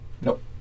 Nope